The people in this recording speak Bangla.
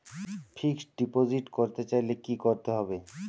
ফিক্সডডিপোজিট করতে চাইলে কি করতে হবে?